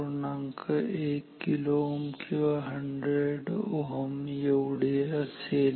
1 kΩ किंवा 100 Ω एवढे असेल